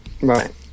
Right